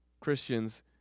Christians